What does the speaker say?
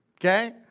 Okay